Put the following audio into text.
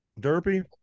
Derpy